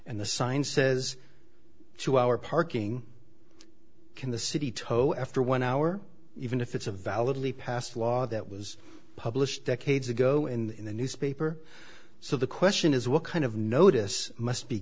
the sign says to our parking in the city tow after one hour even if it's a valid leap passed law that was published decades ago in the newspaper so the question is what kind of notice must be